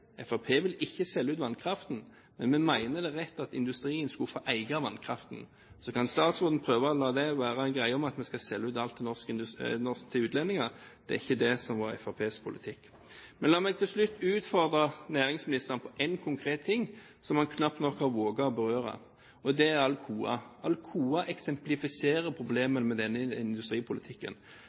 vil ikke selge ut vannkraften, men vi mener det er rett at industrien skulle få eie vannkraften. Så kan statsråden prøve å la det være en greie om at vi skal selge ut alt til utlendinger. Det er ikke det som er Fremskrittspartiets politikk. La meg til slutt utfordre næringsministeren på en konkret ting som han knapt nok har våget å berøre, og det er Alcoa. Alcoa eksemplifiserer problemene med denne industripolitikken.